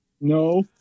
No